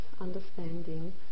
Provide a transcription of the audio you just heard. understanding